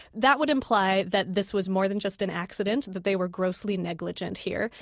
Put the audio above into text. that would imply that this was more than just an accident, that they were grossly negligent here,